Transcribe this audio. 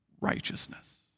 righteousness